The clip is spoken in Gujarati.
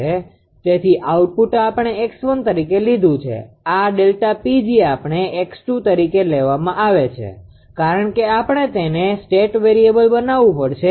તેથી આઉટપુટ આપણે 𝑥1 તરીકે લીધું છે આ ΔPg આપણે 𝑥2 તરીકે લેવામાં આવે છે કારણ કે આપણે તેને સ્ટેટ વેરીએબલ બનાવવું પડશે